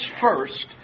first